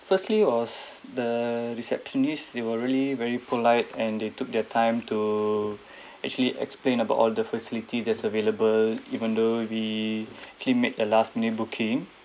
firstly was the receptionist they were really very polite and they took their time to actually explain about all the facility that's available even though we came at the last minute booking